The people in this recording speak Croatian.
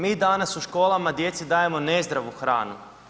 Mi danas u školama djeci dajemo nezdravu hranu.